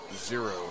zero